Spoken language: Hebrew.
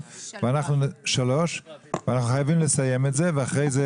ואנחנו חייבים לסיים את זה ואחרי זה